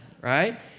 right